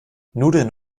nudeln